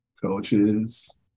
Coaches